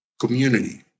community